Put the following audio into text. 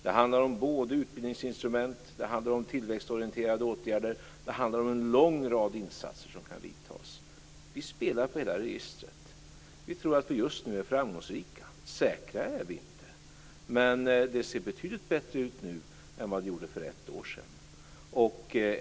Det handlar både om utbildningsinstrument och om tillväxtorienterade åtgärder liksom om en lång rad insatser som kan vidtas. Vi spelar på hela registret. Vi tror att vi just nu är framgångsrika. Säkra är vi inte, men det ser betydligt bättre ut nu än vad det gjorde för ett år sedan.